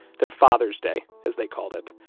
their father's day, as they called it,